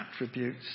attributes